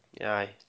Aye